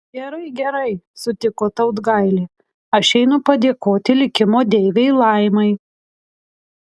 gerai gerai sutiko tautgailė aš einu padėkoti likimo deivei laimai